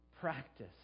practice